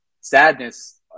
sadness